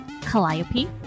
Calliope